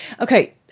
Okay